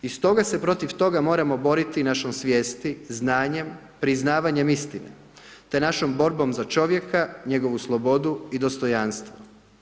I stoga se protiv toga moramo boriti našoj svijesti, znanjem, priznavanjem istine te našom borbom za čovjeka, njegovu slobodu i dostojanstvo.